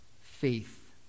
faith